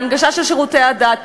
הנגשה של שירותי הדת,